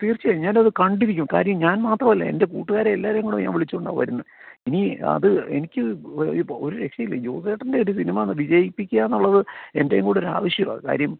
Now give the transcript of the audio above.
തീർച്ചയായും ഞാനത് കണ്ടിരിക്കും കാര്യം ഞാൻ മാത്രമല്ല എൻ്റെ കൂട്ടുകാരെയും എല്ലാവരെയും കൂടെ ഞാൻ വിളിച്ചുകൊണ്ടാ വരുന്നത് ഇനി അത് എനിക്ക് ഈ ഒരു രക്ഷയുമില്ല ജോസേട്ടൻ്റെ ഒരു സിനിമ വിജയിപ്പിക്കുക എന്നുള്ളത് എൻ്റെയും കൂടെ ഒരു ആവശ്യമാ കാര്യം